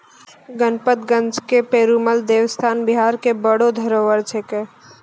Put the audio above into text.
गणपतगंज के पेरूमल देवस्थान बिहार के बड़ो धरोहर छिकै